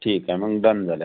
ठीक आहे मग डन झाल आहे